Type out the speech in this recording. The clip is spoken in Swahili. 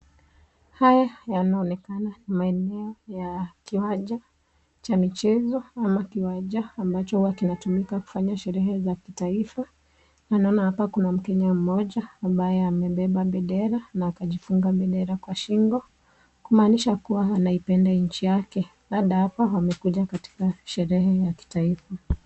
Haya yanaonekana maeneo ya kiwanja cha michezo ama kiwanja ambacho huwa kinatumika kufanya sherehe za kitaifa na naona hapa kuna mkenya mmoja ambaye amebeba bendera na akajifunga bendera kwa shingo kumaanisha kuwa anaipenda nchi yake labda hapa amekuja katika sherehe la kitaifa.